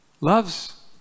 loves